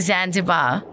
Zanzibar